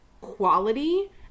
quality